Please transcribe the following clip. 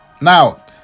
Now